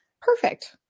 Perfect